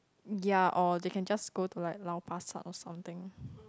ya or they can just go to like Lau Pa Sat or something